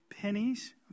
pennies